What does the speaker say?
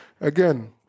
Again